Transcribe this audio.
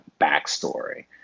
backstory